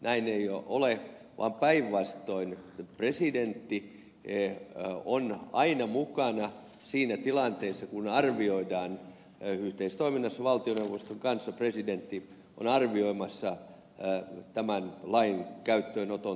näin ei ole vaan päinvastoin presidentti on aina mukana siinä tilanteessa kun arvioidaan yhteistoiminnassa valtioneuvoston kanssa presidentti on arvioimassa tämän lain käyttöönoton tarpeellisuutta